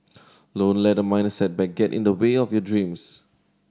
don't let a minor setback get in the way of your dreams